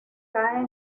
cae